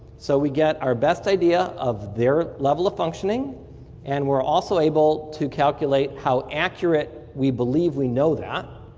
so we get our best idea of their level of functioning and we're also able to calculate how accurate we believe we know that.